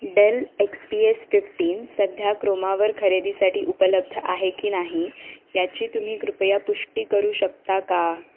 del X P S fifteen सध्या क्रोमावर खरेदीसाठी उपलब्ध आहे की नाही याची तुम्ही कृपया पुष्टी करू शकता का